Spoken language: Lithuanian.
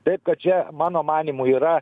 taip kad čia mano manymu yra